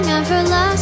everlasting